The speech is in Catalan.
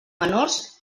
menors